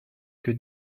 que